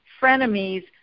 Frenemies